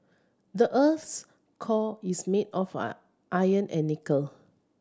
the earth's core is made of an iron and nickel